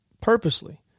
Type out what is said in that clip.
purposely